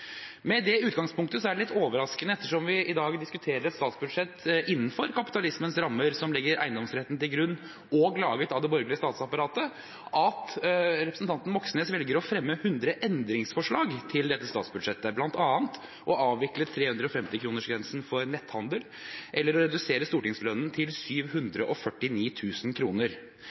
Med det utgangspunktet er det litt overraskende, ettersom vi i dag diskuterer et statsbudsjett innenfor kapitalismens rammer, som legger eiendomsretten til grunn og er laget av det borgerlige statsapparatet, at representanten Moxnes velger å fremme hundre endringsforslag til dette statsbudsjettet, bl.a. å avvikle 350-kronersgrensen for netthandel og å redusere stortingslønnen til